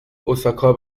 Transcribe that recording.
اوساکا